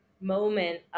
moment